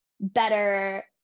better